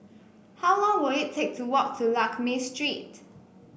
how long will it take to walk to Lakme Street